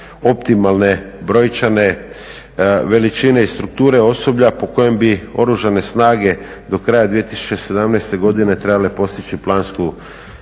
optimalne brojčane veličine i strukture osoblja po kojem bi oružane snage do kraja 2017. godine trebale postići plansku veličinu